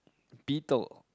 beetle